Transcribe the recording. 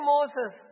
Moses